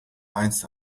eins